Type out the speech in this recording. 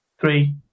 three